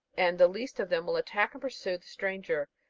and the least of them will attack and pursue the stranger.